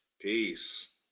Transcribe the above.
Peace